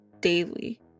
daily